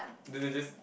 then they just